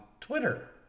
Twitter